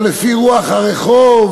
או לפי רוח הרחוב,